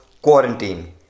Quarantine